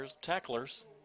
tacklers